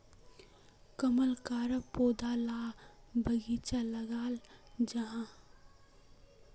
कलम कराल पौधा ला बगिचात लगाल जाहा